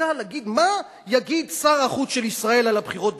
חיכה לשמוע מה יגיד שר החוץ של ישראל על הבחירות ברוסיה.